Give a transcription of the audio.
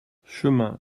chemin